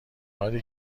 حالی